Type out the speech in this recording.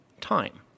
time